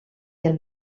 del